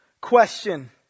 question